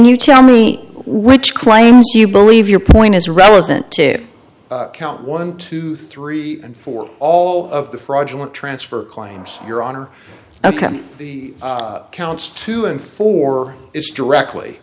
you tell me which claims you believe your point is relevant to count one two three and four all of the fraudulent transfer claims your honor ok the counts two and four is directly